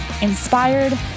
inspired